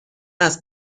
است